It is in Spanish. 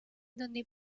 donde